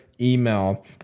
email